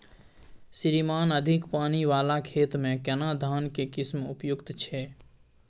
श्रीमान अधिक पानी वाला खेत में केना धान के किस्म उपयुक्त छैय?